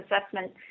assessment